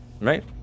right